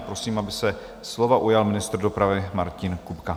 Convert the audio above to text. Prosím, aby se slova ujal ministr dopravy Martin Kupka.